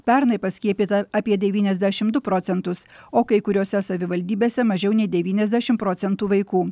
pernai paskiepyta apie devyniasdešimdu procentus o kai kuriose savivaldybėse mažiau nei devyniasdešimprocentų vaikų